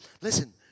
listen